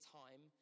time